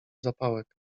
zapałek